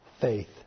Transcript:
faith